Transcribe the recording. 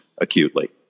acutely